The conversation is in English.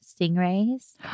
stingrays